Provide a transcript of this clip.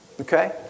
okay